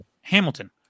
Hamilton